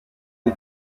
the